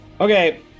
Okay